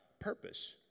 Purpose